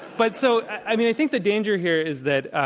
but so, i think the danger here is that